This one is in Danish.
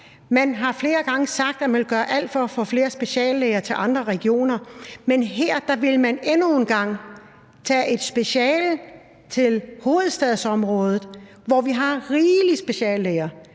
Man har flere gange sagt, at man vil gøre alt for at få flere speciallæger til andre regioner, men her vil man endnu en gang tage et speciale til hovedstadsområdet, hvor vi har rigelig med speciallæger,